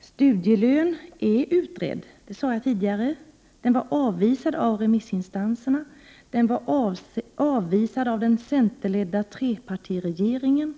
studielön har utretts. Det sade jag tidigare. Den avvisades av remissinstanserna. Den avvisades av den centerledda trepartiregeringen.